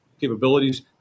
capabilities